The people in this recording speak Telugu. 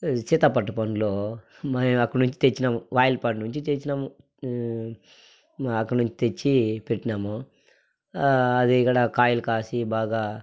సీతాపట్టు పండ్లో మన అక్కడినుంచి తెచ్చినాము వాయలపాడు నుంచి తెచ్చినాము అక్కడ నుంచి తెచ్చి పెట్టినాము అది ఇక్కడ కాయలు కాసి బాగా